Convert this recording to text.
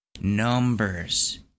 Numbers